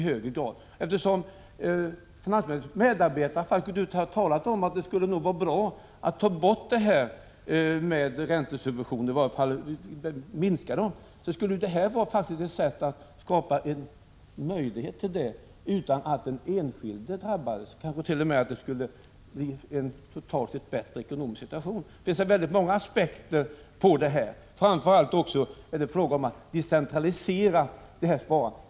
Finansministerns medarbetare har ju talat om att det nog skulle vara bra att ta bort räntesubventioner eller i varje fall minska dem, och detta kunde vara ett sätt att göra det möjligt utan att den enskilde drabbades. Det kanske t.o.m. totalt skulle bli en bättre ekonomisk situation. Det finns väldigt många aspekter på detta. Framför allt är det fråga om att decentralisera sparandet.